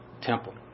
temple